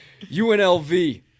UNLV